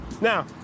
Now